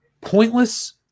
pointless